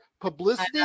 publicity